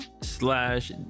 slash